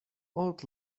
old